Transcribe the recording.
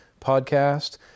podcast